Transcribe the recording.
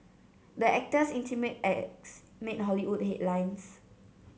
the actors intimate acts made Hollywood headlines